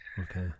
Okay